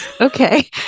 Okay